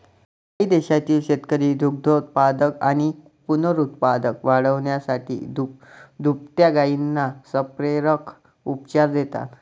काही देशांतील शेतकरी दुग्धोत्पादन आणि पुनरुत्पादन वाढवण्यासाठी दुभत्या गायींना संप्रेरक उपचार देतात